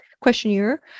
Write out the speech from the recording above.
questionnaire